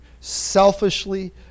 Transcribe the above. Selfishly